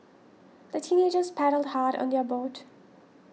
the teenagers paddled hard on their boat